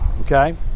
okay